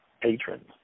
patrons